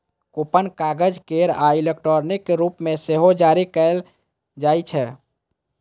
coupon कागज केर आ इलेक्ट्रॉनिक रूप मे सेहो जारी कैल जाइ छै